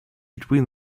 between